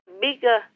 bigger